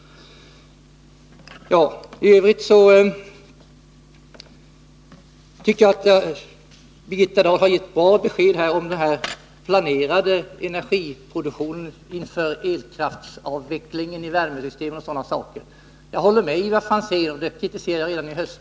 I övrigt har Birgitta Dahl gett bra besked om bl.a. den planerade energiproduktionen inför elkraftsavvecklingen när det gäller värmesystem. Jag håller med Ivar Franzén om att man har satsat för litet på inhemska fasta bränslen.